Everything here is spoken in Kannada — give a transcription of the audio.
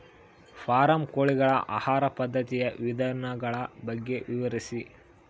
ಫಾರಂ ಕೋಳಿಗಳ ಆಹಾರ ಪದ್ಧತಿಯ ವಿಧಾನಗಳ ಬಗ್ಗೆ ವಿವರಿಸಿ?